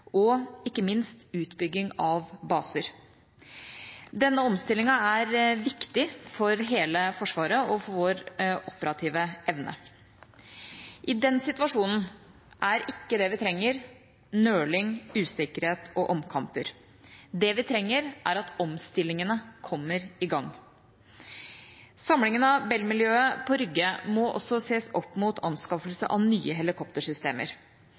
og ikke minst utbygging av baser. Denne omstillingen er viktig for hele Forsvaret og for vår operative evne. I den situasjonen er ikke det vi trenger, nøling, usikkerhet og omkamper. Det vi trenger, er at omstillingene kommer i gang. Samlingen av Bell-miljøet på Rygge må også ses opp mot anskaffelse av nye helikoptersystemer.